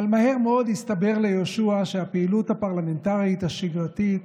אבל מהר מאוד הסתבר ליהושע שהפעילות הפרלמנטרית השגרתית